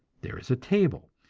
there is a table,